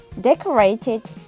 decorated